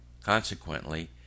Consequently